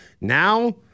Now